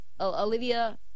Olivia